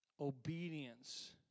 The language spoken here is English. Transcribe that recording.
obedience